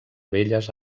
belles